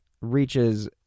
reaches